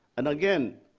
and again,